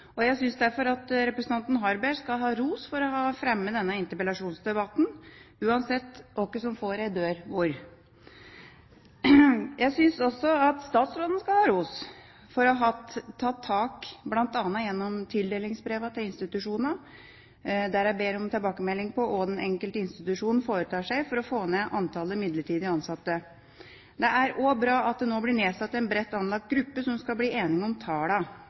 og universitetssektoren. Jeg synes derfor at representanten Harberg skal ha ros for å ha fremmet denne interpellasjonen, uansett hvem som får en dør hvor. Jeg synes også at statsråden skal ha ros for å ha tatt tak, bl.a. gjennom tildelingsbrevene til institusjonene der de ber om tilbakemelding på hva den enkelte institusjon foretar seg for å få ned antallet midlertidig ansatte. Det er også bra at det blir nedsatt en bredt anlagt gruppe som skal bli enige om